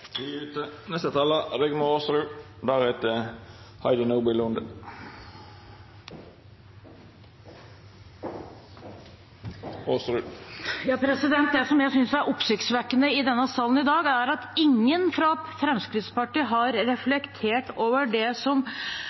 Det som jeg synes er oppsiktsvekkende i denne salen i dag, er at ingen fra Fremskrittspartiet har reflektert over det